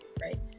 right